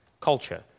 culture